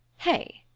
hey,